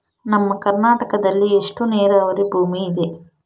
ನಮ್ಮ ಕರ್ನಾಟಕದಲ್ಲಿ ಎಷ್ಟು ನೇರಾವರಿ ಭೂಮಿ ಇದೆ?